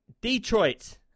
Detroit